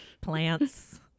plants